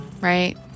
right